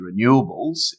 renewables